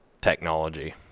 technology